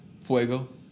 Fuego